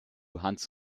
hans